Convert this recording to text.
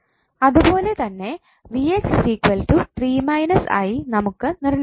അതുപോലെ തന്നെ നമുക്ക് നിർണ്ണയിക്കാം